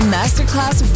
Masterclass